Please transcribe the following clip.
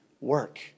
work